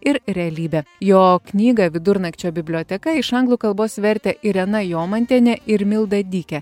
ir realybę jo knygą vidurnakčio biblioteka iš anglų kalbos vertė irena jomantienė ir milda dykė